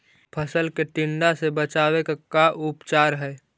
फ़सल के टिड्डा से बचाव के का उपचार है?